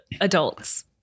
adults